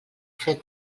fred